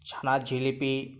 ছানার জিলিপি